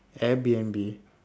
Airbnb